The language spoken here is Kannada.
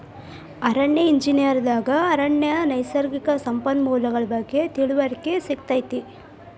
ಅರಣ್ಯ ಎಂಜಿನಿಯರ್ ದಾಗ ಅರಣ್ಯ ನೈಸರ್ಗಿಕ ಸಂಪನ್ಮೂಲಗಳ ಬಗ್ಗೆ ತಿಳಿವಳಿಕೆ ಸಿಗತೈತಿ